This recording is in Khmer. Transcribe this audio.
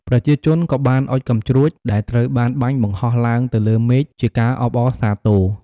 ប្រជាជនក៏បាន អុជកាំជ្រួច ដែលត្រូវបានបាញ់បង្ហោះឡើងទៅលើមេឃជាការអបអរសាទរ។